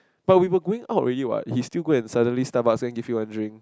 but we were going out already what he still go and suddenly stomach then give you one drink